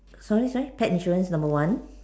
sorry sorry pet insurance number one